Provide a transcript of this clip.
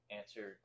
answer